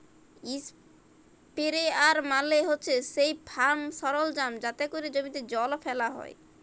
ইসপেরেয়ার মালে হছে সেই ফার্ম সরলজাম যাতে ক্যরে জমিতে জল ফ্যালা হ্যয়